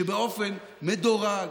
שבאופן מדורג